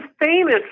famous